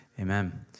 amen